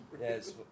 Yes